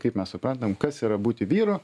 kaip mes suprantam kas yra būti vyru